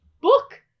book